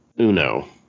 Uno